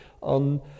on